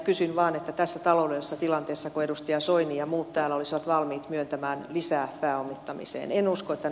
kysyn vaan tässä taloudellisessa tilanteessako edustaja soini ja muut täällä olisivat valmiit myöntämään lisää pääomittamiseen